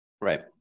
Right